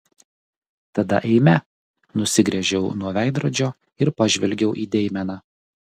tada eime nusigręžiau nuo veidrodžio ir pažvelgiau į deimeną